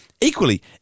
Equally